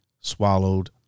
swallowed